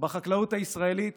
בחקלאות הישראלית,